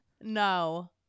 No